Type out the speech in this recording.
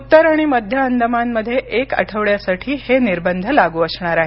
उत्तर आणि मध्य अंदमानमध्ये एक आठवड्यासाठी हे निर्बंध लागू असणार आहेत